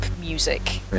music